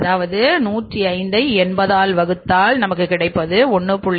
அதாவது 105 ஐ 80 ஆல்வகுத்தால் நமக்கு கிடைப்பது1